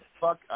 fuck